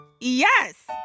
Yes